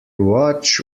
watch